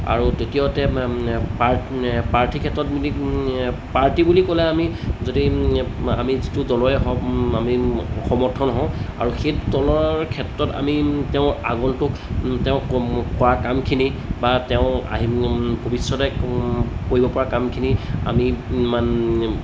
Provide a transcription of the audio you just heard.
আৰু দ্বিতীয়তে প্ৰাৰ্থীৰ ক্ষেত্ৰত বুলি পাৰ্টী বুলি ক'লে আমি যদি আমি যিটো দলৰে হওক আমি সমৰ্থন হওঁ আৰু সেই দলৰ ক্ষেত্ৰত আমি তেওঁ আগন্তুক তেওঁ কৰা কামখিনি বা তেওঁ আহি ভৱিষ্যতে কৰিব পৰা কামখিনি আমি